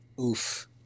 Oof